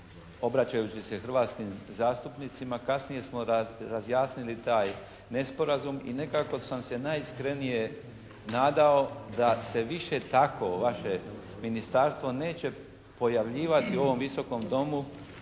obraćajući se hrvatskim zastupnicima. Kasnije smo razjasnili taj nesporazum i nekako sam se najiskrenije nadao da se više tako vaše ministarstvo neće pojavljivati u ovom Visokom domu